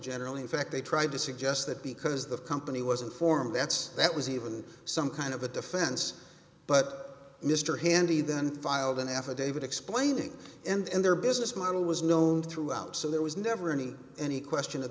generally in fact they tried to suggest that because the company was informed that's that was even some kind of a defense but mr handy then filed an affidavit explaining and their business model was known throughout so there was never any any question of